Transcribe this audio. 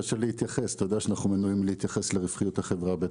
אנו מנועים מלהתייחס לרווחיות החברה.